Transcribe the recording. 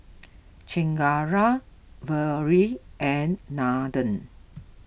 Chengara Vedre and Nathan